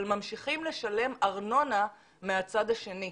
אבל ממשיכים לשלם ארנונה מהצד השני,